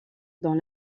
dans